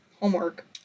homework